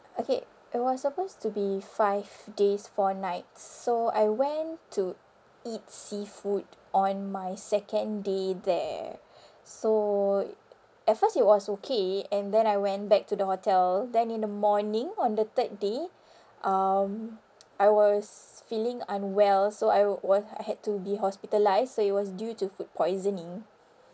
okay it was supposed to be five days four nights so I went to eat seafood on my second day there so at first it was okay and then I went back to the hotel then in the morning on the third day um I was feeling unwell so I wo~ were I had to be hospitalised so it was due to food poisoning